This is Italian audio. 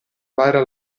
barra